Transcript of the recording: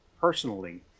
personally